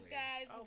guys